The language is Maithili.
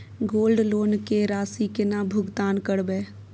गोल्ड लोन के राशि केना भुगतान करबै?